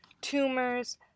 tumors